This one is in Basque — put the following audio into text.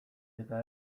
eta